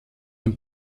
dem